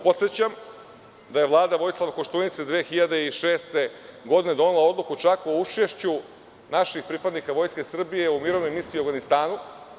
Podsećam da je Vlada Vojislava Koštunice 2006. godine donela odluku o učešću naših pripadnika Vojske Srbije u mirovnoj misiji u Avganistanu.